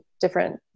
different